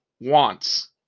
wants